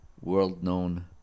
world-known